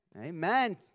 Amen